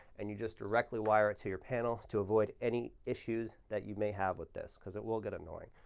and you just directly wire it to your panel to avoid any issues that you may have with this because it will get annoying.